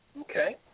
Okay